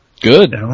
Good